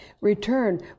Return